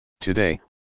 Today